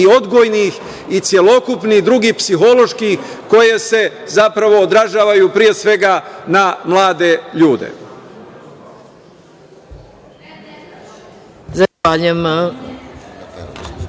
i odgojnih i celokupnih i drugih, psiholoških koje se zapravo odražavaju, pre svega, na mlade ljude.